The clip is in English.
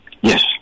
Yes